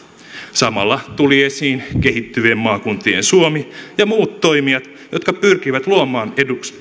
samalla tulivat esiin kehittyvien maakuntien suomi ja muut toimijat jotka pyrkivät luomaan